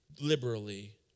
liberally